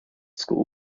school